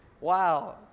Wow